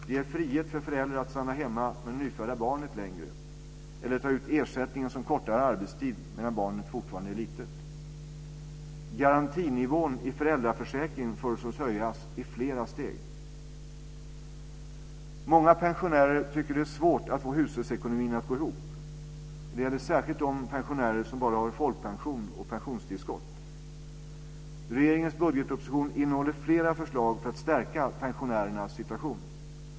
Det ger frihet för föräldrar att stanna hemma längre med det nyfödda barnet eller att ta ut ersättningen som kortare arbetstid medan barnet fortfarande är litet. Garantinivån i föräldraförsäkringen föreslås höjas i flera steg. Många pensionärer tycker att det är svårt att få hushållsekonomin att gå ihop. Det gäller särskilt de pensionärer som bara har folkpension och pensionstillskott. Regeringens budgetproposition innehåller flera förslag för att stärka pensionärernas situation.